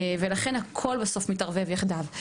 ולכן, הכל בסוף מתערבב יחדיו.